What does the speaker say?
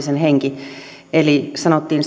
sen henki pätee nykyaikanakin eli sanottiin